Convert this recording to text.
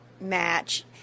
match